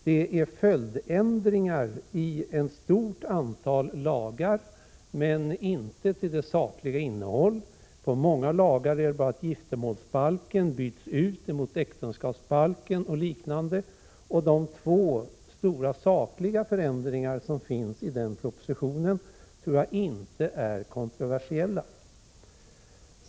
Det är fråga om följdändringar i ett stort antal lagar men inte ändringar i det sakliga innehållet. Ändringarna består många gånger bara i att ”giftermålsbalken” byts ut mot ”äktenskapsbalken” och liknande. De få stora sakliga förändringar som den propositionen innehåller tror jag inte är kontroversiella.